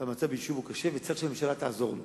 שמצב היישוב הוא קשה וצריך שהממשלה תעזור לו,